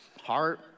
heart